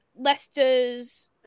Leicester's